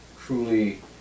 truly